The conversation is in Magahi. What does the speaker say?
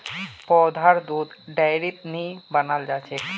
पौधार दुध डेयरीत नी बनाल जाछेक